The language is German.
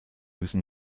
müssen